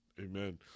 Amen